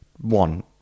One